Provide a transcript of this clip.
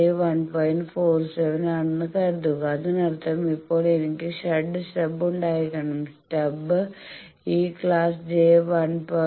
47 ആണെന്ന് കരുതുക അതിനർത്ഥം ഇപ്പോൾ എനിക്ക് ഷണ്ട് സ്റ്റബ് ഉണ്ടായിരിക്കണം സ്റ്റബ് ഈ ക്ലാസ് j 1